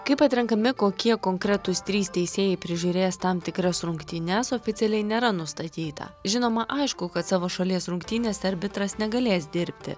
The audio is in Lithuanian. kaip atrenkami kokie konkretūs trys teisėjai prižiūrės tam tikras rungtynes oficialiai nėra nustatyta žinoma aišku kad savo šalies rungtynėse arbitras negalės dirbti